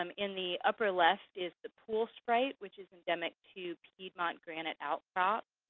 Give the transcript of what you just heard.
um in the upper left is the pool sprite, which is endemic to piedmont granite outcrops.